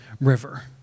River